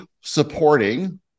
supporting